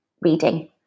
reading